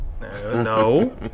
No